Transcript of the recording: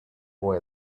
boy